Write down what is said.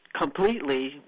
completely